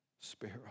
spare